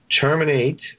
Terminate